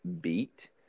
beat